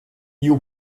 you